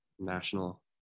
national